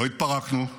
לא התפרקנו.